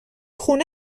خونه